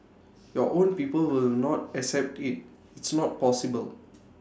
your own people will not accept IT it's not possible